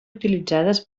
utilitzades